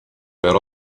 per